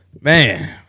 Man